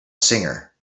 singer